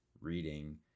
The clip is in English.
reading